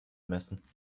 messen